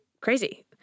Crazy